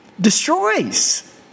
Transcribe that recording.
destroys